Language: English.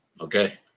Okay